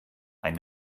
ein